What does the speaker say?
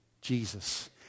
Jesus